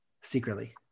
Secretly